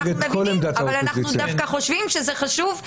אבל אנחנו דווקא חושבים שזה חשוב,